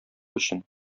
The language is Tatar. өчен